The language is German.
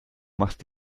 machst